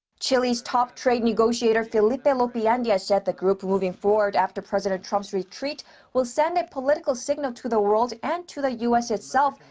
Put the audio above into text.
chile's top trade negotiator, felipe and lopeandia, said the group moving forward after president trump's retreat will send a political signal to the world and to the u s. itself,